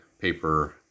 paper